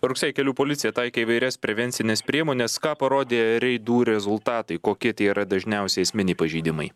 rugsėjį kelių policija taikė įvairias prevencines priemones ką parodė reidų rezultatai kokie tie yra dažniausi esminiai pažeidimai